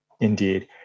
indeed